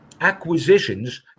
acquisitions